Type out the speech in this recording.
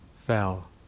fell